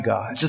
God